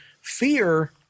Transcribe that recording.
fear